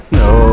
no